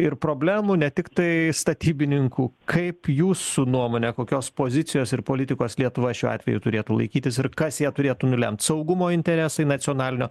ir problemų ne tiktai statybininkų kaip jūsų nuomone kokios pozicijos ir politikos lietuva šiuo atveju turėtų laikytis ir kas ją turėtų nulemt saugumo interesai nacionalinio